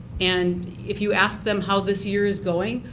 and if you asked them how this year's going,